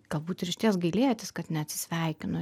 galbūt ir išties gailėtis kad neatsisveikino